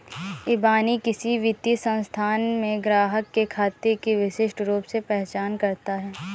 इबानी किसी वित्तीय संस्थान में ग्राहक के खाते की विशिष्ट रूप से पहचान करता है